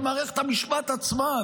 למערכת המשפט עצמה,